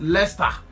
Leicester